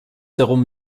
darum